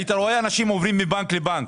היית רואה אנשים עוברים מבנק לבנק.